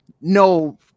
no